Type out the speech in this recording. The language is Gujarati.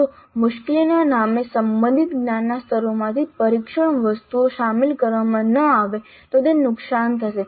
જો મુશ્કેલીના નામે સંબંધિત જ્ઞાનના સ્તરોમાંથી પરીક્ષણ વસ્તુઓ સામેલ કરવામાં ન આવે તો તે નુકસાન થશે